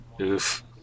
Oof